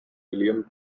william